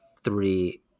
three